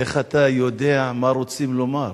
איך אתה יודע מה רוצים לומר.